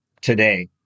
today